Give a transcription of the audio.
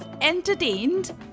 entertained